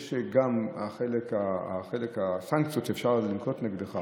יש גם את חלק הסנקציות שאפשר לנקוט נגדך